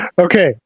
Okay